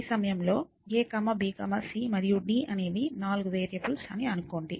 ఈ సమయంలో a b c మరియు d అనేవి నాలుగు వేరియబుల్స్ అని అనుకోండి